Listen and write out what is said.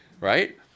right